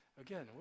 Again